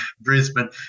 Brisbane